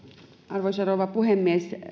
arvoisa rouva puhemies